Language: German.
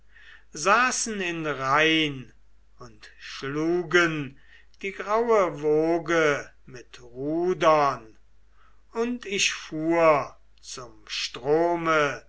saßen in reihn und schlugen die graue woge mit rudern und ich fuhr zum strome